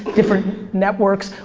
different networks,